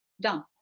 Done